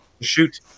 shoot